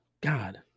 God